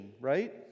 right